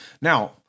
Now